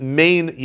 main